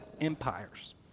empires